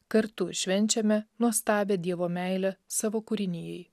kartu švenčiame nuostabią dievo meilę savo kūrinijai